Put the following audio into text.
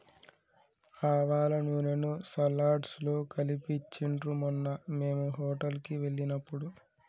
ఆవాల నూనెను సలాడ్స్ లో కలిపి ఇచ్చిండ్రు మొన్న మేము హోటల్ కి వెళ్ళినప్పుడు